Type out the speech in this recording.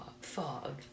fog